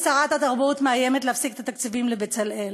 ושרת התרבות מאיימת להפסיק את התקציבים ל"בצלאל".